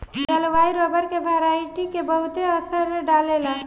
जलवायु रबर के वेराइटी के बहुते असर डाले ला